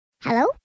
Hello